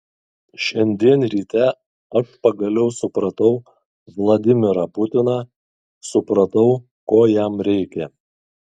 šiandien ryte aš pagaliau supratau vladimirą putiną supratau ko jam reikia